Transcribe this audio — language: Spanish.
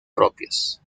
propios